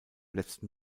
letzten